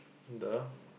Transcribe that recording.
the